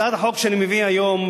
הצעת החוק שאני מביא היום